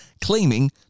claiming